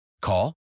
Call